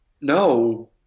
No